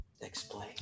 Explain